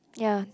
ya